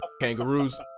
kangaroos